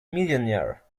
millionaire